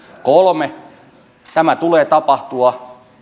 kolme tämän tulee tapahtua